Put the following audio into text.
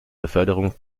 beförderung